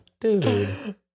Dude